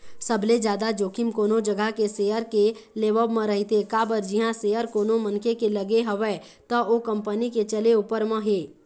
सबले जादा जोखिम कोनो जघा के सेयर के लेवब म रहिथे काबर जिहाँ सेयर कोनो मनखे के लगे हवय त ओ कंपनी के चले ऊपर म हे